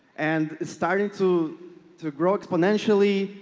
and it started to to grow exponentially.